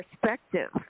perspective